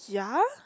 ya